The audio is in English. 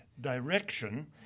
direction